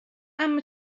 اما